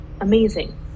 amazing